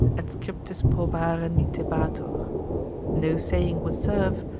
et scriptis probare nitebatur no saying would serve,